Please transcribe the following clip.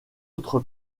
autre